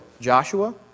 Joshua